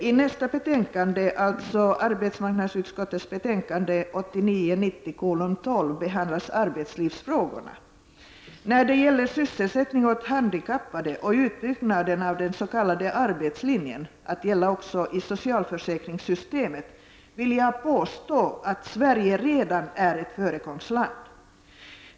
I nästa betänkande, arbetsmarknadsutskottets betänkande 1989/90:A U12, behandlas arbetslivsfrågorna, När det gäller sysselsättning åt handikappade och utbyggnaden av den s.k. arbetslinjen att gälla också i socialförsäkringssystemet vill jag påstå att Sverige redan är ett föregångsland.